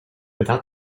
without